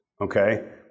Okay